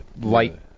light